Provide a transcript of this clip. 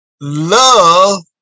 Love